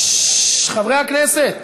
חברי הכנסת,